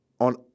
on